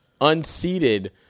unseated